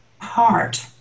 heart